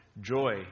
joy